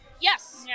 Yes